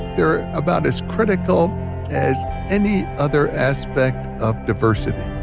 they're about as critical as any other aspect of diversity.